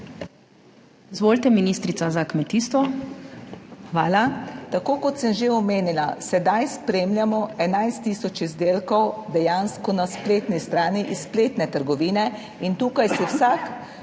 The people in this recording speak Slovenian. gozdarstvo in prehrano):** Hvala. Tako kot sem že omenila, sedaj spremljamo 11 tisoč izdelkov dejansko na spletni strani iz spletne trgovine in tukaj si vsak,